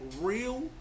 real